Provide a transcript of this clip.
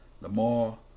Lamar